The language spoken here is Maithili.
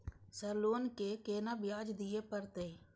सर लोन के केना ब्याज दीये परतें?